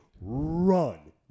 run